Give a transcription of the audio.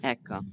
Ecco